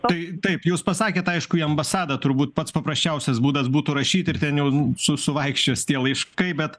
tai taip jūs pasakėt aišku į ambasadą turbūt pats paprasčiausias būdas būtų rašyt ir ten jau su suvaikščios tie laiškai bet